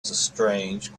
strange